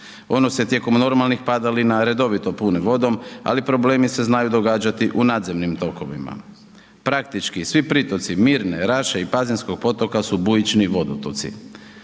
ono se tijekom normalnih padalina redovito puni vodom ali problemi se znaju događati u nadzemnim tokovima. Praktički, svi pritoci Mirne, Raše i pazinskog potoka su bujični vodotoci.